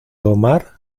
omar